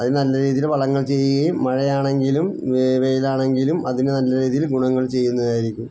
അത് നല്ല രീതിയിൽ വളങ്ങൾ ചെയ്യുകയും മഴയാണെങ്കിലും വെയിലാണെങ്കിലും അതിന് നല്ല രീതിയിൽ ഗുണങ്ങൾ ചെയ്യുന്നതായിരിക്കും